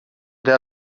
der